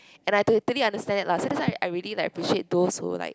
and I had to fully understand it lah so that's why I like really appreciate those who like